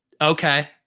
okay